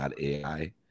AI